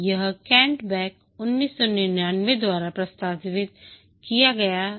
यह Kent Beck 1999 द्वारा प्रस्तावित किया गया था